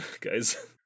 guys